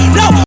no